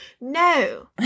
No